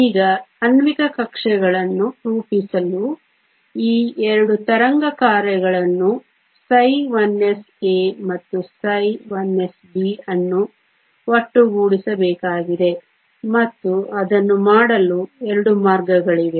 ಈಗ ಆಣ್ವಿಕ ಕಕ್ಷೆಗಳನ್ನು ರೂಪಿಸಲು ಈ 2 ತರಂಗ ಕಾರ್ಯಗಳನ್ನು ψ1sA ಮತ್ತು ψ1sB ಅನ್ನು ಒಟ್ಟುಗೂಡಿಸಬೇಕಾಗಿದೆ ಮತ್ತು ಅದನ್ನು ಮಾಡಲು 2 ಮಾರ್ಗಗಳಿವೆ